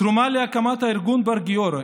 תרומה להקמת ארגון בר גיורא,